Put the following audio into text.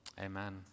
amen